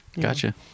Gotcha